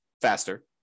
faster